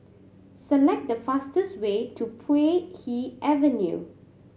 select the fastest way to Puay Hee Avenue